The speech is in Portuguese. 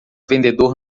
vendedor